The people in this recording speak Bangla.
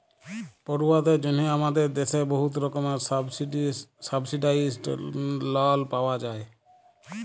পড়ুয়াদের জ্যনহে আমাদের দ্যাশে বহুত রকমের সাবসিডাইস্ড লল পাউয়া যায়